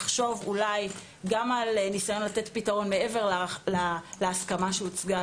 לחשוב אולי גם על ניסיון לתת פתרון מעבר להסכמה שהוצגה